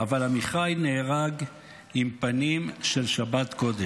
אבל עמיחי נהרג עם פנים של שבת קודש".